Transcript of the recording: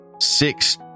six